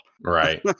Right